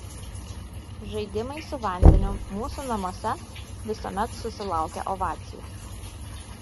žaidimai su vandeniu mūsų namuose visuomet susilaukia ovacijų